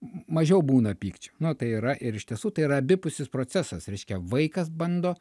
mažiau būna pykčio nu tai yra ir iš tiesų tai yra abipusis procesas reiškia vaikas bando